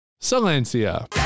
silencia